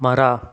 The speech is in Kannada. ಮರ